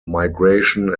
migration